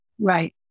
Right